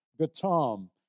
Gatam